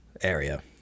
area